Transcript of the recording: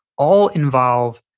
all involve